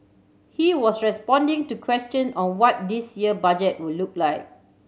he was responding to question on what this year Budget would look like